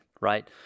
right